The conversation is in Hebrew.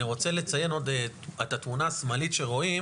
אני רוצה לציין את התמונה השמאלית שרואים,